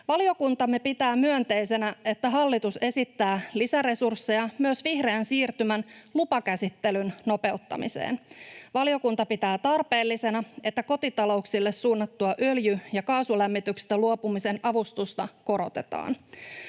Valiokuntamme pitää myönteisenä, että hallitus esittää lisäresursseja myös vihreän siirtymän lupakäsittelyn nopeuttamiseen. Valiokunta pitää tarpeellisena, että kotitalouksille suunnattua öljy- ja kaasulämmityksestä luopumisen avustusta korotetaan.